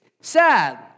sad